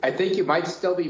i think you might still be